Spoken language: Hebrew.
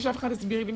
בלי שאף אחד הסביר לי.